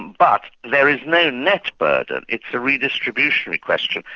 but there is no net burden it's a redistributionary question,